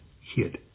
hit